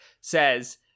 says